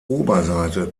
oberseite